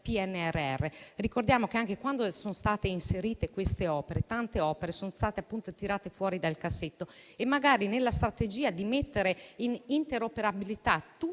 PNRR. Ricordiamo che, anche quando sono state inserite queste opere, tante di esse sono state tirate fuori dal cassetto, magari nella strategia di mettere in interoperabilità tutte